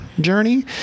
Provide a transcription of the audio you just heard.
journey